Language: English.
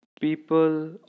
people